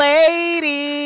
Lady